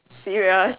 serious